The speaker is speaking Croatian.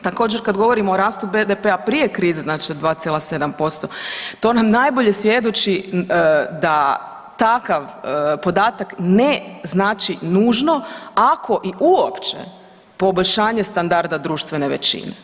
Također kad govorimo o rastu BDP-a prije krize znači za 2,7% to nam najbolje svjedoči da takav podatak ne znači nužno ako i uopće poboljšanje standarda društvene većine.